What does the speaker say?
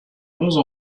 onze